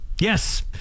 Yes